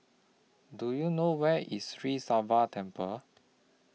Do YOU know Where IS Sri Sivan Temple